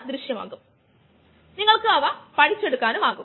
അത് ചെയ്യുന്നതിന് നമുക്ക് ഒരു ഉദാഹരണം നോക്കാം